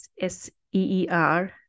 s-e-e-r